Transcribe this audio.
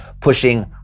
pushing